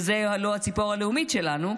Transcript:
הלוא היא הציפור הלאומית שלנו,